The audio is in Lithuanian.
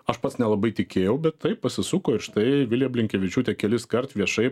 aš pats nelabai tikėjau bet taip pasisuko ir štai vilija blinkevičiūtė keliskart viešai